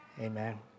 amen